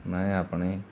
ਮੈਂ ਆਪਣੇ